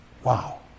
Wow